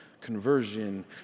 conversion